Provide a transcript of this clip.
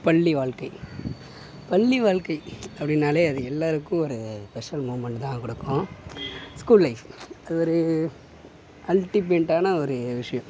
பள்ளி வாழ்க்கை பள்ளி வாழ்க்கை அப்படின்னாலே அது எல்லாருக்கும் ஒரு ஸ்பெஷல் மூவ்மெண்ட் தான் கொடுக்கும் ஸ்கூல் லைஃப் அது ஒரு அல்டிமேட்டான ஒரு விஷ்யம்